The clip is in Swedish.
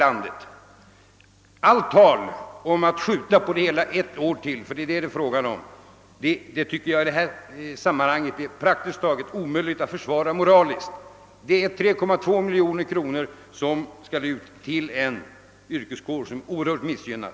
Allt tal om att skjuta på det hela ett år till — det är det som det här är fråga om — tycker jag är omöjligt att försvara moraliskt.